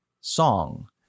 song